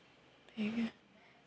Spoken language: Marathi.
ठीक आहे